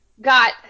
got